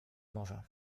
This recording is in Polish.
może